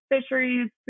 fisheries